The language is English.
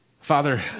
Father